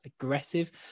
aggressive